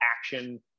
action